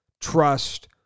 trust